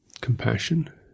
compassion